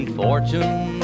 fortune